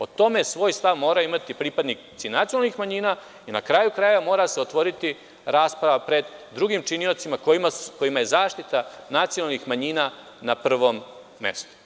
O tome svoj stav moraju imati pripadnici nacionalnih manjina i, na kraju krajeva, mora se otvoriti rasprava pred drugim činiocima kojima je zaštita nacionalnih manjina na prvom mestu.